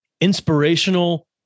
inspirational